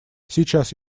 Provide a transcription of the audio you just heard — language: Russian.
сейчас